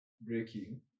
breaking